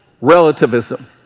relativism